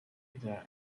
either